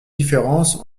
différence